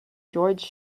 george